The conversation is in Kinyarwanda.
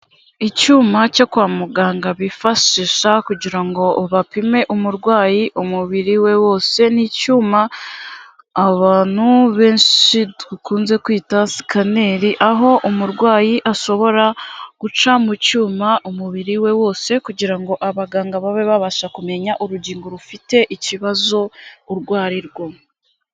Icyuma cyo kwa muganga bifashisha kugira ngo bapime umurwayi umubiri we wose, ni icyuma abantu benshi dukunze kwita sikaneri, aho umurwayi ashobora guca mu cyuma umubiri we wose kugira ngo abaganga babe babasha kumenya urugingo rufite ikibazo urwo ari rwo.